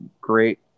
great